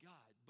God